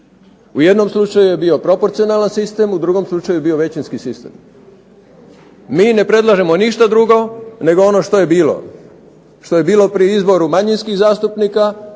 U jednom slučaju je bio proporcionalan sistem, u drugom slučaju je bio većinski sistem. Mi ne predlažemo ništa drugo nego ono što je bilo, što je bilo pri izboru manjinskih zastupnika,